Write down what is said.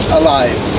alive